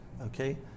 okay